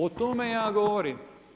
O tome ja govorim.